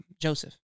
Joseph